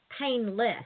painless